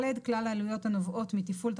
כלל העלויות הנובעות מתפעול,